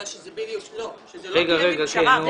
אבל שזאת לא תהיה פשרה.